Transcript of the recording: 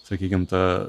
sakykim ta